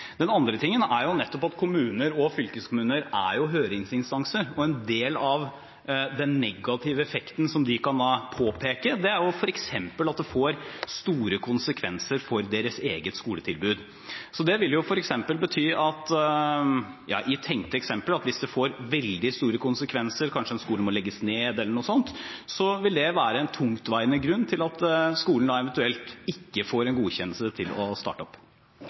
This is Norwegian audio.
Den andre tingen er nettopp at kommuner og fylkeskommuner er høringsinstanser, og en del av den negative effekten som de kan påpeke, er f.eks. at det får store konsekvenser for deres eget skoletilbud. Det vil f.eks. bety – i tenkte eksempler – at hvis det får veldig store konsekvenser, kanskje at en skole må legges ned eller noe sånt, vil det være en tungtveiende grunn til at skolen eventuelt ikke får godkjennelse til å starte opp.